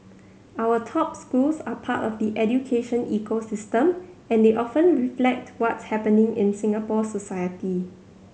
our top schools are part of the education ecosystem and they often reflect what's happening in Singapore society